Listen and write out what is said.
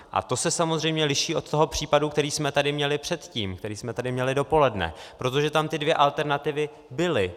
A to se samozřejmě liší od toho případu, který jsme tady měli předtím, který jsme tady měli dopoledne, protože tam ty dvě alternativy byly.